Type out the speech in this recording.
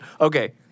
Okay